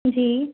जी